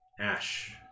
Ash